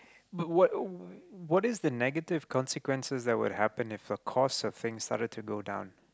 but what wh~ what is the negative consequences that would happened if the course of things started to go down